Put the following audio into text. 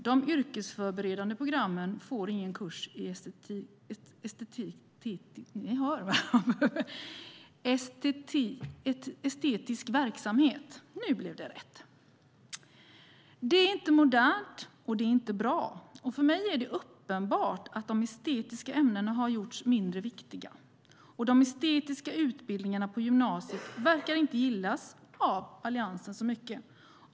De yrkesförberedande programmen får ingen kurs i estetisk verksamhet. Det är inte modernt, och det är inte bra. För mig är det uppenbart att de estetiska ämnena har gjorts mindre viktiga. De estetiska utbildningarna på gymnasiet verkar inte gillas så mycket av Alliansen.